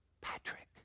Patrick